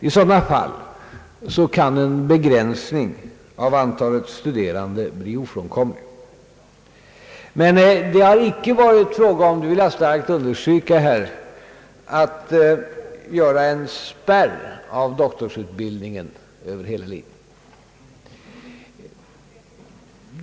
I sådana fall kan en begränsning av antalet studerande bli ofrånkomlig, men det har icke här varit fråga om — det vill jag starkt understryka — att införa en spärr av doktorsutbildningen över hela linjen.